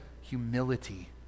humility